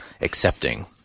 accepting